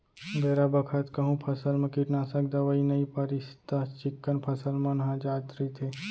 बेरा बखत कहूँ फसल म कीटनासक दवई नइ परिस त चिक्कन फसल मन ह जात रइथे